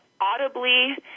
audibly